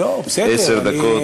עשר דקות.